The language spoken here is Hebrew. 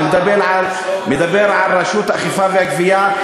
אני מדבר רשות האכיפה והגבייה,